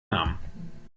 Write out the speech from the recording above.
namen